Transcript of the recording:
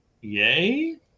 yay